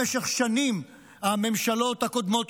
במשך שנים הממשלות הקודמות,